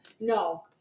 no